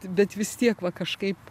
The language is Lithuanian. bet vis tiek va kažkaip